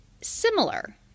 similar